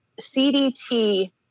CDT